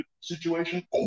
situation